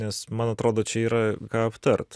nes man atrodo čia yra ką aptart